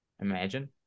Imagine